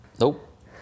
Nope